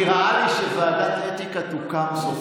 נראה לי שוועדת האתיקה תוקם סוף-סוף.